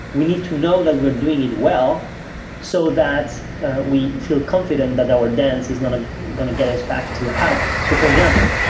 we need to know that we're doing it well so that we feel confident that our dance is not ah going to get us back to the hammer. so, for example,